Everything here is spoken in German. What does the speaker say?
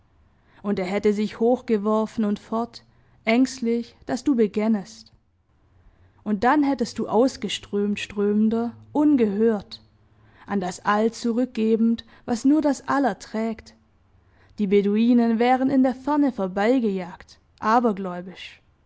und er hätte sich hoch geworfen und fort ängstlich daß du begännest und dann hättest du ausgeströmt strömender ungehört an das all zurückgebend was nur das all erträgt die beduinen wären in der ferne vorbeigejagt abergläubisch